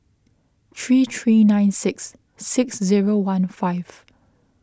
three three nine six six zero one five